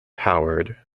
howard